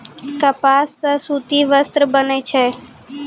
कपास सॅ सूती वस्त्र बनै छै